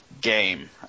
Game